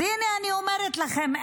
אז הינה, אני אומרת לכם.